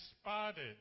spotted